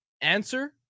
answer